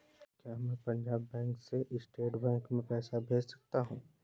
क्या मैं पंजाब बैंक से स्टेट बैंक में पैसे भेज सकता हूँ?